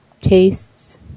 tastes